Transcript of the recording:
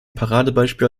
paradebeispiel